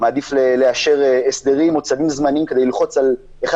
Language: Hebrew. מעדיף לאשר הסדרים או צווים זמנים כדי ללחוץ על אחד